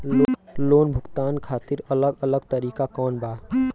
Loan भुगतान खातिर अलग अलग तरीका कौन बा?